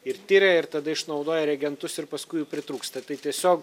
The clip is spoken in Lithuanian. ir tiria ir tada išnaudoja reagentus ir paskui jų pritrūksta tai tiesiog